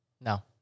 No